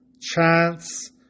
chance